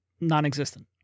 non-existent